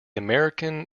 american